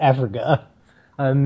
Africa